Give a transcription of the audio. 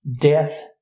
death